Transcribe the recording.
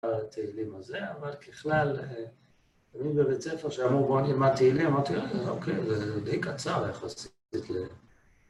אבל ככלל, אני בבית ספר שאמרו, בוא נלמד תהילים, אמרתי, אוקיי, זה די קצר יחסית ל...